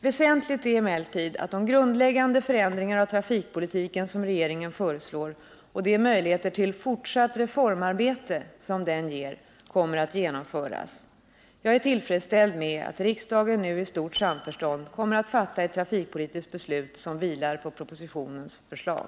Väsentligt är emellertid att de grundläggande förändringar av trafikpolitiken som regeringen föreslår och de möjligheter till fortsatt reformarbete som den ger kommer att genomföras. Jag är tillfredsställd med att riksdagen nu i stort samförstånd kommer att fatta ett trafikpolitiskt beslut som vilar på propositionens förslag.